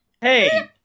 Hey